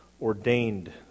ordained